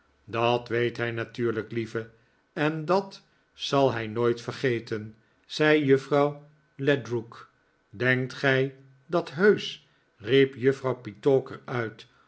dat weet hij natuurlijk lieve en dat zal hij nooit vergeten zei juffrouw ledrook denkt gij dat heusch riep juffrouw petowker uit